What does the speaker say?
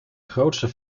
grootste